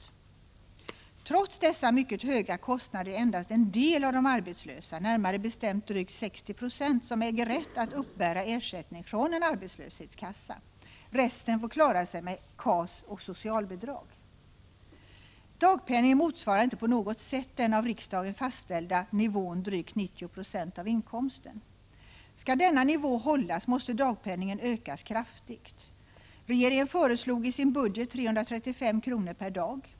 Trots dessa mycket höga kostnader är det endast en del av de arbetslösa, närmare bestämt drygt 60 926, som äger rätt att uppbära ersättning från en arbetslöshetskassa. Resten får klara sig med KAS och socialbidrag. Dagpenningen motsvarar inte på något sätt den av riksdagen fastställda nivån drygt 90 96 av inkomsten. Skall denna nivå hållas, måste dagpenningen ökas kraftigt. Regeringen föreslog i sin budget 335 kr. per dag.